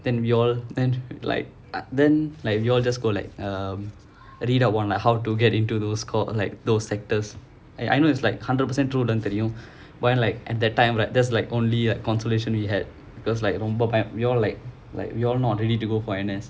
then we all then like then like ah we all just go like um read up on like how to get into those called like those sectors I I know it's like hundred percent true இல்லனு தெரியும்:illanu teriyum you know what like at that time right there's like only like consolation we had because like ரொம்ப பயம்:romba bayam we all like like we all not really to go for N_S